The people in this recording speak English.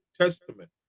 Testament